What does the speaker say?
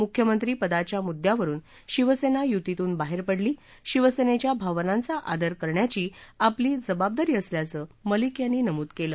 मुख्यमंत्रीपदाच्या मुद्यावरुन शिवसेना युतीतून बाहेर पडली शिवसेनेच्या भावनांचा आदर करण्याची आमली जबाबदारी असल्याचं मलिक यांनी नमूद केलं